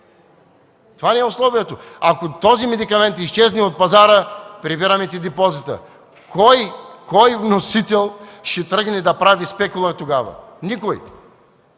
Това ли е условието?! Ако този медикамент изчезне от пазара, прибираме ти депозита. Кой вносител ще тръгне да прави спекула тогава? Никой!